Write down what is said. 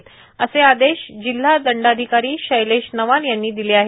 तसे आदेश जिल्हा दंडाधिकारी शैलेश नवाल यांनी दिले आहे